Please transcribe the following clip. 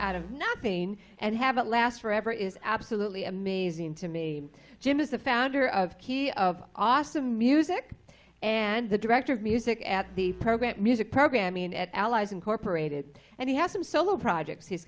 out of nothing and have it last forever is absolutely amazing to me jim is the founder of ke of awesome music and the director of music at the program music program and allies incorporated and he has some solo projects h